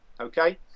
okay